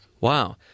Wow